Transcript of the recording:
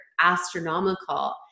astronomical